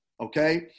okay